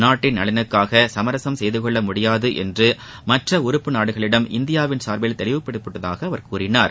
நாட்டின் நலனுக்காக சமரசம் செய்தகொள்ள முடியாது என்று மற்ற உறுப்பு நாடுகளிடம் இந்தியாவின் சார்பில் தெரிவிக்கப்பட்டுள்ளதாக கூறினார்